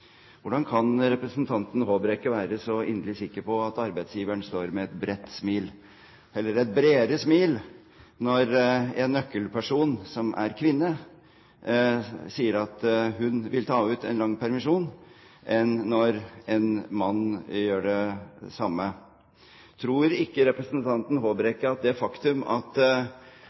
Hvordan kan representanten Håbrekke være så inderlig sikker på at arbeidsgiveren står med et mindre bredt smil når en nøkkelperson som er kvinne, sier at hun vil ta ut en lang permisjon, enn når en mann gjør det samme? Tror ikke representanten Håbrekke at det er et faktum at